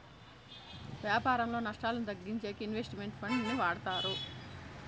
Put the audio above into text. వ్యాపారంలో నష్టాలను తగ్గించేకి ఇన్వెస్ట్ మెంట్ ఫండ్ ని వాడతారు